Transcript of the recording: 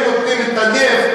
הם נותנים את הנפט,